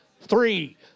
three